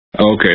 Okay